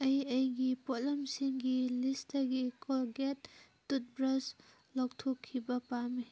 ꯑꯩ ꯑꯩꯒꯤ ꯄꯣꯠꯂꯝꯁꯤꯡꯒꯤ ꯂꯤꯁꯇꯒꯤ ꯀꯣꯜꯒꯦꯠ ꯇꯨꯠ ꯕ꯭ꯔꯁ ꯂꯧꯊꯣꯛꯈꯤꯕ ꯄꯥꯝꯃꯤ